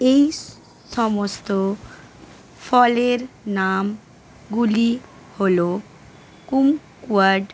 এই সমস্ত ফলের নামগুলি হলো